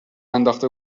انداخته